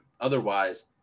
otherwise